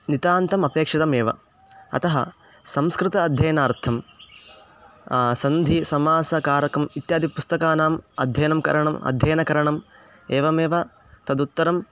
नितान्तम् अपेक्षितमेव अतः संस्कृत अध्ययनार्थं सन्धिसमासकारकम् इत्यादिपुस्तकानाम् अध्ययनं करणम् अध्ययनकरणम् एवमेव तदुत्तरं